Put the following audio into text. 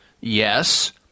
Yes